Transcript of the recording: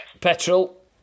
Petrol